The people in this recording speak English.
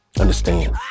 Understand